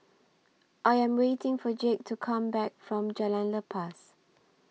I Am waiting For Jake to Come Back from Jalan Lepas